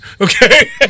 Okay